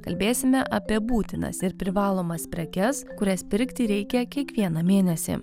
kalbėsime apie būtinas ir privalomas prekes kurias pirkti reikia kiekvieną mėnesį